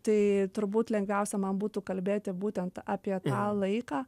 tai turbūt lengviausia man būtų kalbėti būtent apie tą laiką